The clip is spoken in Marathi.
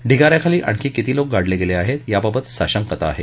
ढिगा याखाली आणखी किती लोक गाडले गेले आहेत याबाबत साशंकता आहे